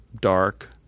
dark